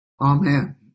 Amen